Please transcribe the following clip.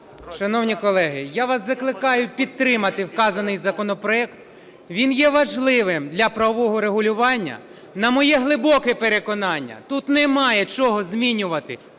Шановні колеги, я вас закликаю підтримати вказаний законопроект, він є важливим для правового регулювання. На моє глибоке переконання, тут немає чого змінювати